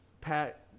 pat